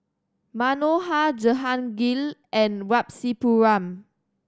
Manohar Jehangirr and Rasipuram